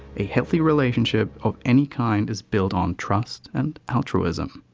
a healthy relationship of any kind, is built on trust and altruism.